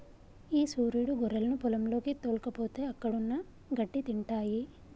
ఈ సురీడు గొర్రెలను పొలంలోకి తోల్కపోతే అక్కడున్న గడ్డి తింటాయి